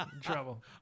trouble